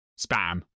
spam